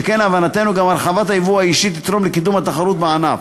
שכן להבנתנו הרחבת הייבוא האישי תתרום לקידום התחרות בענף.